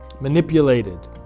manipulated